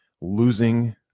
losing